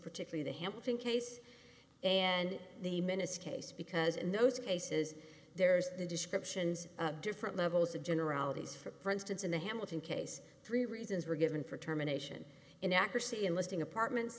particularly the hampton case and the minutes case because in those cases there's the descriptions of different levels of generalities for instance in the hamilton case three reasons were given for terminations inaccuracy in listing apartments